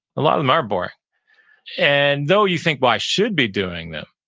a lot of them are boring and though you think, but i should be doing them.